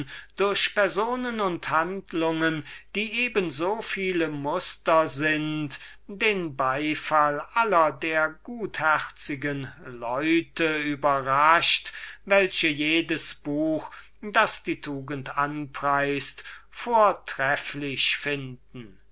durch charaktere und handlungen die eben so viele muster sind den beifall aller der gutherzigen leute überraschet welche jedes buch das die tugend anpreist vortrefflich finden